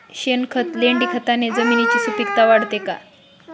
शेणखत, लेंडीखताने जमिनीची सुपिकता वाढते का?